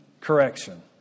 correction